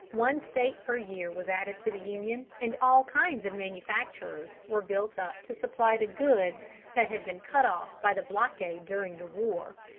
one state per year was added to the union, and all kinds of manufactures were built up to supply the goods that had been cut off by the blockade during the war.